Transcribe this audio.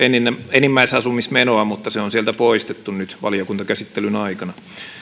enimmäisasumismenoa mutta se on sieltä nyt poistettu valiokuntakäsittelyn aikana